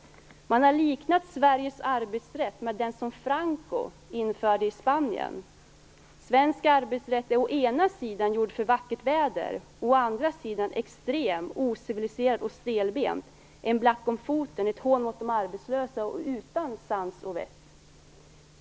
Man har liknat Sveriges arbetsrätt vid den som Franco införde i Spanien. Svensk arbetsrätt är å ena sidan gjord för vackert väder, å andra sidan extrem, ociviliserad och stelbent, en black om foten, ett hån mot de arbetslösa och utan sans och vett.